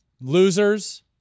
losers